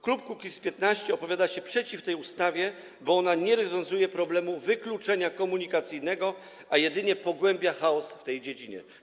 Klub Kukiz’15 opowiada się przeciw tej ustawie, bo ona nie rozwiązuje problemu wykluczenia komunikacyjnego, a jedynie pogłębia chaos w tej dziedzinie.